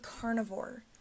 carnivore